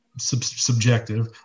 subjective